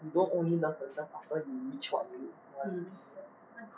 you don't only love yourself after you reach what you wanna be [what]